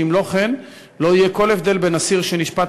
שאם לא כן לא יהיה כל הבדל בין אסיר שנשפט